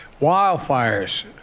wildfires